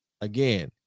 again